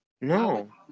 no